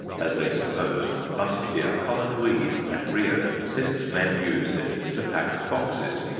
as they supposed, must be a common weed at rio, since men used it to pack boxes.